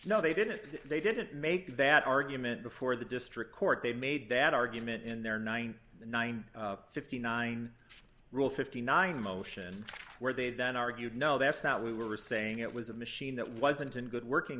no they didn't they didn't make that argument before the district court they made that argument in their nine thousand nine hundred and fifty nine rule fifty nine motion where they then argued no that's not we were saying it was a machine that wasn't in good working